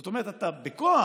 זאת אומרת, אתה בכוח